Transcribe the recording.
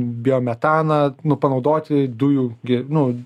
biometaną nu panaudoti dujų gi nu